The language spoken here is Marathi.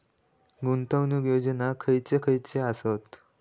गुंतवणूक योजना खयचे खयचे आसत?